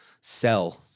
sell